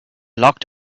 locked